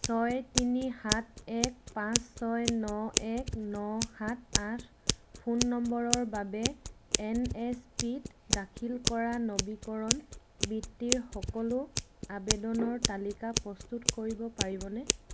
ছয় তিনি সাত এক পাঁচ ছয় ন এক ন সাত আঠ ফোন নম্বৰৰ বাবে এন এছ পি ত দাখিল কৰা নবীকৰণ বৃত্তিৰ সকলো আবেদনৰ তালিকা প্ৰস্তুত কৰিব পাৰিবনে